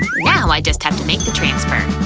now i just have to make the transfer.